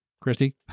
Christy